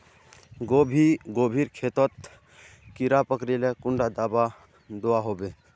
गोभी गोभिर खेतोत कीड़ा पकरिले कुंडा दाबा दुआहोबे?